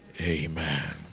Amen